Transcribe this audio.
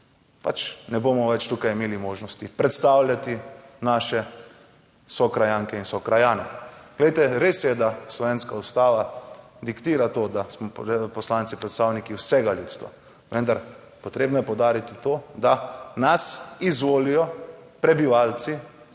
občin ne bomo več tukaj imeli možnosti predstavljati naše sokrajanke in sokrajane. Glejte, res je, da slovenska Ustava diktira to, da smo poslanci predstavniki vsega ljudstva, vendar potrebno je poudariti to, da nas izvolijo prebivalci